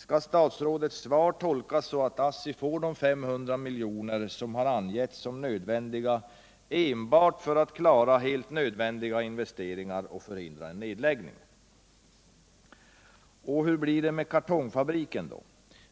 Skall statsrådets svar tolkas så att ASSI får de 500 miljoner som har angetts som nödvändiga enbart för att klara helt nödvändiga investeringar och förhindra en nedläggning? Och hur blir det med kartongfabriken då?